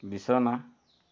বিছনা